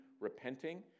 repenting